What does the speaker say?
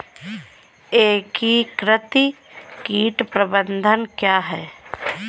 एकीकृत कीट प्रबंधन क्या है?